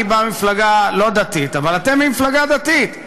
אני בא ממפלגה לא דתית, אבל אתם ממפלגה דתית,